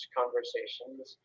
conversations